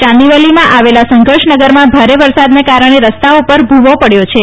ચાંદીવલીમાં આવેલા સંઘર્ષનગરમાં ભારે વરસાદના કારણે રસ્તા પર ભુવો પડ્યો છે